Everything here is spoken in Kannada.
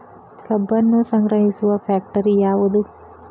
ಕಬ್ಬನ್ನು ಸಂಗ್ರಹಿಸುವ ಫ್ಯಾಕ್ಟರಿ ಯಾವದು?